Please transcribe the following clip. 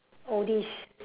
oldies